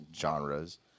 genres